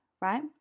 right